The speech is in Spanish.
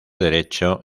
derecho